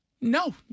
No